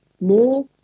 more